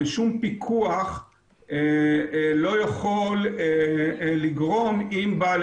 ושום פיקוח לא יכול לגרום לזה אם בעל